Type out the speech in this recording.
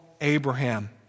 Abraham